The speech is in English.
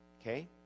Okay